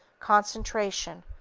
concentration,